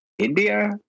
India